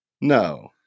No